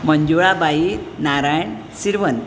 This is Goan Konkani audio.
मंजूळाबाई नारायण सिरवंत